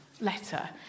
letter